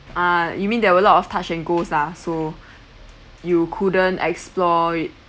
ah you mean there were a lot of touch and go lah so you couldn't explore it